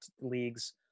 leagues